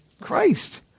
Christ